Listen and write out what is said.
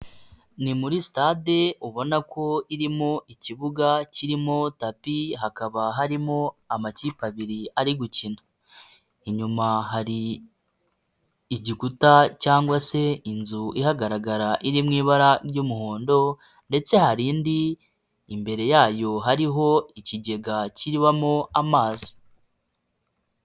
Ni muri sitade ubona ko irimo ikibuga kirimo tapi hakaba harimo amakipe abiri ari gukina. Inyuma hari igikuta cyangwa se inzu ihagaragara iri mu ibara ry'umuhondo ndetse hari indi imbere yayo hariho ikigega kibamo amazi.